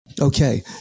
Okay